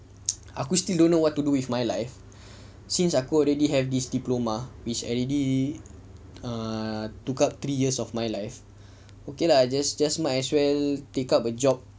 aku still don't know what to do with my life since aku already have this diploma which already err took up three years of my life okay lah I just just might as well take up a job